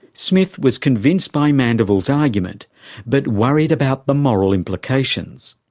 smith was convinced by mandeville's argument but worried about the moral implications.